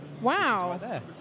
Wow